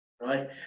right